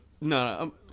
No